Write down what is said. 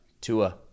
Tua